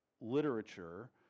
literature